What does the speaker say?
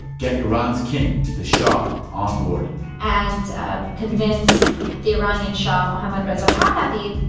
get iran's king, the shah, on board and convince the iranian shah, mohammad reza pahlavi,